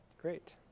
Great